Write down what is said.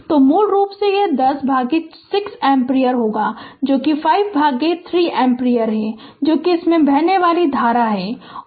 तो मूल रूप से यह 10 भागित 6 एम्पीयर होगा जो कि 5 भागित 3 एम्पीयर है जो कि इससे बहने वाली धारा है और